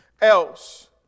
else